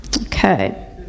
Okay